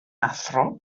athro